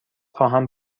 خواهم